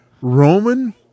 Roman